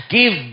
Give